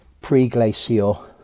pre-glacial